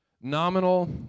Nominal